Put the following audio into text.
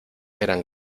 eran